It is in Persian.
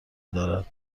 دارد